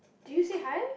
do you say hi